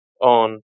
on